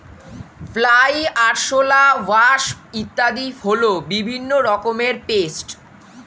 fly, আরশোলা, wasp ইত্যাদি হল বিভিন্ন রকমের পেস্ট